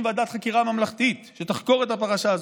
ועדת חקירה ממלכתית שתחקור את הפרשה הזאת.